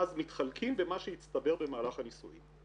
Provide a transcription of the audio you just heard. אז מתחלקים במה שהצטבר במהלך הנישואין.